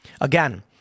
Again